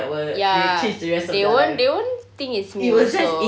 ya they won't they won't think it's me also